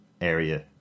area